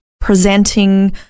presenting